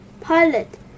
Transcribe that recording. Pilot